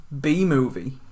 B-movie